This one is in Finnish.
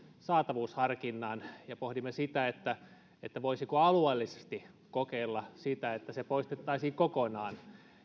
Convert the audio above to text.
saatavuusharkinnan ja pohdimme voisiko alueellisesti kokeilla sitä että se poistettaisiin kokonaan